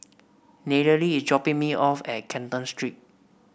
Nayeli is dropping me off at Canton Street